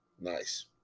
nice